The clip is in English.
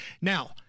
now